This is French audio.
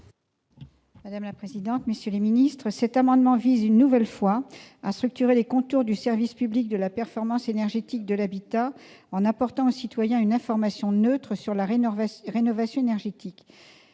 : La parole est à Mme Nelly Tocqueville. Cet amendement vise une nouvelle fois à structurer les contours du service public de la performance énergétique de l'habitat en apportant aux citoyens une information neutre sur la rénovation énergétique.